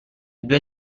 due